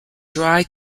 dry